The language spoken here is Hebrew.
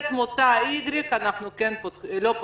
אם תהיה תמותהY אנחנו כן פותחים.